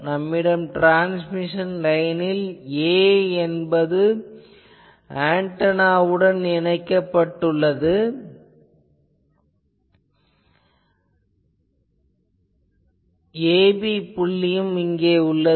நம்மிடம் ட்ரான்ஸ்மிஷன் லைனில் 'a' என்பது ஆன்டெனாவுடன் இணைக்கப்பட்டுள்ளது 'ab' புள்ளியும் இங்கே உள்ளது